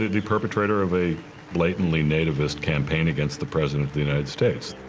the, the perpetrator of a blatantly nativist campaign against the president of the united states.